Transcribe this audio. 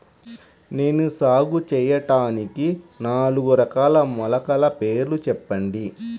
నేను సాగు చేయటానికి నాలుగు రకాల మొలకల పేర్లు చెప్పండి?